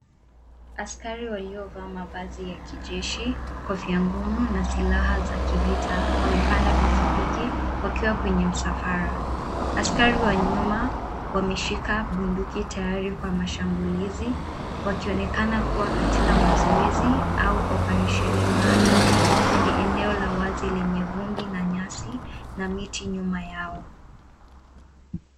Askari waliovaa mavazi ya kijeshi, kofia ngumu na silaha za kivita wamepanda pikipiki wakiwa kwenye msafara. Askari wa nyuma wameshika bunduki tayari kwa mashambulizi, wakionekana kuwa katika mazoezi au oparesheni maalum kwenye eneo la wazi lenye vumbi na nyasi na miti nyuma yao.